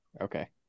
Okay